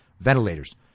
ventilators